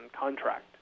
contract